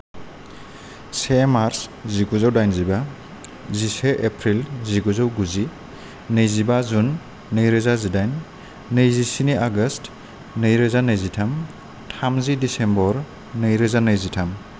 से मार्स जिगुजौ डाइनजिबा जिसे एफ्रिल जिगुजौ गुजि नैजिबा जुन नै रोजा जिडाइन नैजिस्नि आगष्त नैरोजा नैजिथाम थामजि दिस्मिबर नैरोजा नैजिथाम